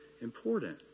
important